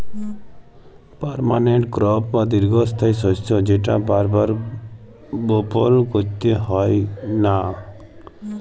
permanent crop বা দীঘ্ঘস্থায়ী শস্য যেট বার বার বপল ক্যইরতে হ্যয় লা